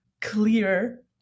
clear